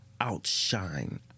outshine—